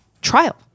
trial